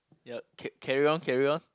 ya ca~ carry on carry on